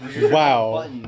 Wow